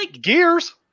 gears